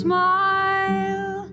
Smile